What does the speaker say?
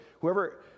whoever